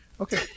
okay